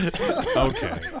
Okay